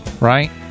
right